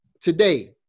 Today